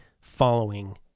following